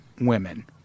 women